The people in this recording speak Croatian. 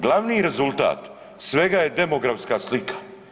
Glavni rezultate svega je demografska slika.